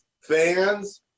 fans